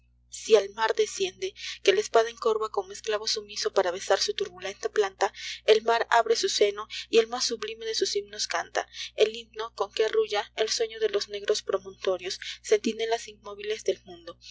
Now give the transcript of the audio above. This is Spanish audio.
si al mar desciende que la espalda encorva como esclavo sumiso para besar su turbulenta plantael mar abre su seno y el mas sublime de sus himnos canta el himno con que arrulla el sueño de los negros promontorios centinelas inmóviles del mundo